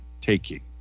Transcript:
taking